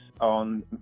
on